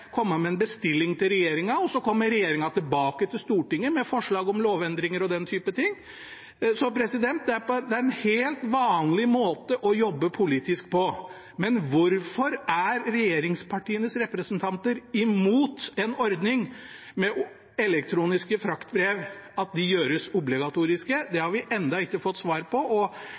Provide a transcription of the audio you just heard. komme med en bestilling til regjeringen, og så kommer regjeringen tilbake til Stortinget med forslag om lovendringer og den type ting. Det er en helt vanlig måte å jobbe politisk på. Men hvorfor er regjeringspartienes representanter imot en ordning med at elektroniske fraktbrev gjøres obligatoriske? Det har vi ennå ikke fått svar på.